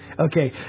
Okay